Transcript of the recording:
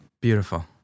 Beautiful